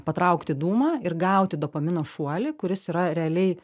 patraukti dūmą ir gauti dopamino šuolį kuris yra realiai